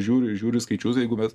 žiūri žiūri į skaičius jeigu vat